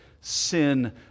sin